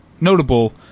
notable